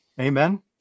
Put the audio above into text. Amen